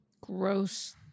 Gross